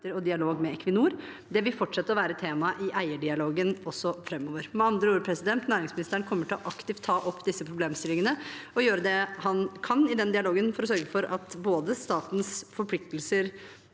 og dialog med Equinor. Dette vil fortsette å være tema i eierdialogen også framover.» Med andre ord: Næringsministeren kommer til aktivt å ta opp disse problemstillingene og gjøre det han kan i den dialogen, for å sørge for både at statens forpliktelser